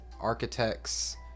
Architect's